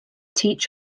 teach